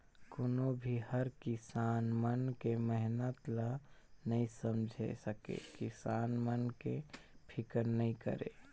कोनो भी हर किसान मन के मेहनत ल नइ समेझ सके, किसान मन के फिकर नइ करे